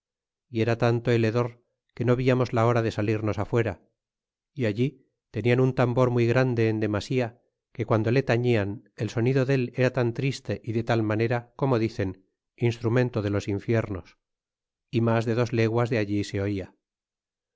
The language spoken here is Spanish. y era tanto el hedor que no víamos la hora de salirnos fuera y allí tenian un tambor muy grande en demasía que guando le tardan el sonido del era tan triste y de tal manera como dicen instrumento de los inflarnos y mas de dos leguas de allí se ola